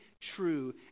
true